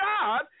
god